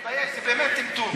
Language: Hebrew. תתבייש, באמת טמטום.